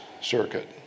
circuit